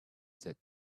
that